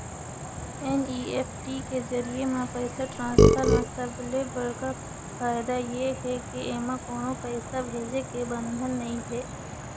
NEFT के जरिए म पइसा ट्रांसफर म सबले बड़का फायदा ए हे के एमा कोनो पइसा भेजे के बंधन नइ हे